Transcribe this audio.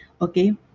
okay